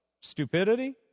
Stupidity